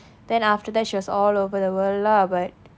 then after that she was all over the world lah but